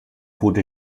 wurde